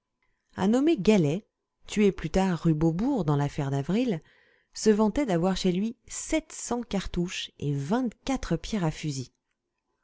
un nommé gallais tué plus tard rue beaubourg dans l'affaire d'avril se vantait d'avoir chez lui sept cents cartouches et vingt-quatre pierres à fusil